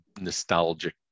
nostalgic